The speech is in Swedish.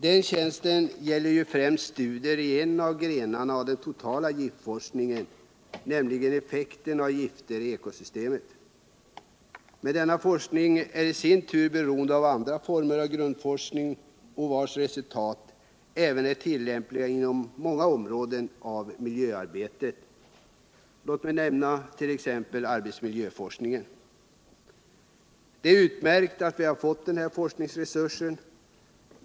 Den tjänsten ger ju främst studier i en av grenarna av den totala giftforskningen, nämligen effekten av gifter i ekosystemet. Men denna forskning är i sin tur beroende av andra former av grundforskning, vilkas resultat iäven är tillämpliga inom många andra områden av miljöarbetet. Låt mig nämna t.ex. arbetsmiljöforskning. Det är utmärkt att vi fått denna forskningsresurs.